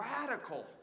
radical